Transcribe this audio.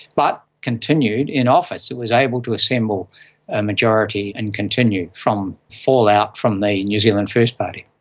but continued in office. it was able to assemble a majority and continue from fallout from the new zealand first party.